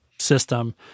system